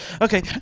Okay